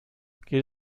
geht